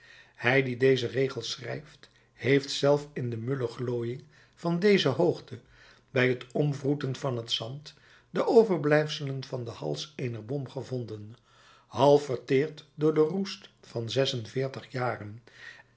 hij die deze regels schrijft heeft zelf in de mulle glooiing van deze hoogte bij t omwroeten van t zand de overblijfselen van den hals eener bom gevonden half verteerd door de roest van zes en veertig jaren